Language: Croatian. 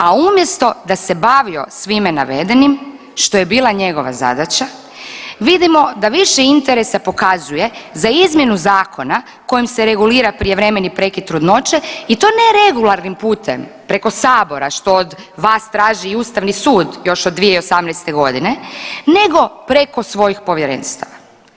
A umjesto da se bavio svime navedenim, što je bila njegova zadaća, vidimo da više interesa pokazuje za izmjenu zakona kojim se regulira prijevremeni prekid trudnoće i to ne regularnim putem, preko Sabora, što od vas traži i Ustavni sud još od 2018. nego preko svojih Povjerenstava.